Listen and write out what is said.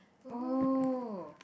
oh